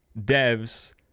devs